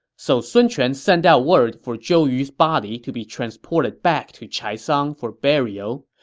so sun quan sent out word for zhou yu's body to be transported back to chaisang for burial,